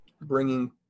bringing